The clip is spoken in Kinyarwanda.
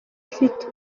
afite